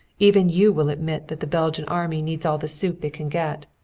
even you will admit that the belgian army needs all the soup it can get.